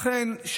לכן,